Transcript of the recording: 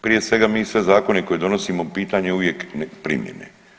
Prije svega mi sve zakone koje donosimo pitanje je uvijek primjene.